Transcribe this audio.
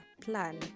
plan